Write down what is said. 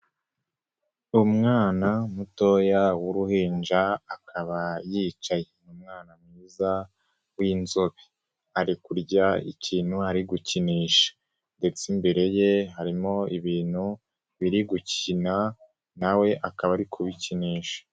Umwana mutoya w'uruhinja akaba yicaye. Umwana mwiza w'inzobe. Ari kurya ikintu ari gukinisha ndetse imbere ye harimo ibintu biri gukina na we akaba ari kubikinisha.